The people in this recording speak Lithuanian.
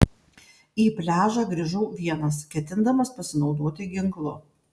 į pliažą grįžau vienas ketindamas pasinaudoti ginklu